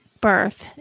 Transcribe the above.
birth